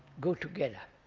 go together.